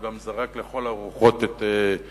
והוא גם זרק לכל הרוחות את מובארק,